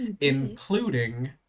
including